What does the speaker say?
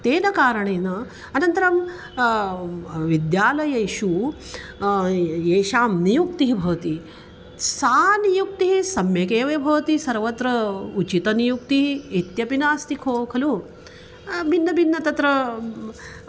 तेन कारणेन अनन्तरं विद्यालयेषु येषां नियुक्तिः भवति सा नियुक्तिः सम्यक् एव व् भवति सर्वत्र उचितनियुक्तिः इत्यपि नास्ति खो खलु भिन्नभिन्नः तत्र